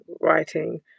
writing